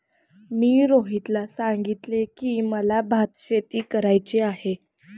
मी रोहितला सांगितले की, मला भातशेती करायची आहे